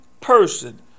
person